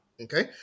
Okay